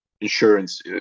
insurance